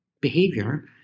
behavior